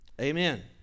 Amen